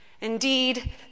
Indeed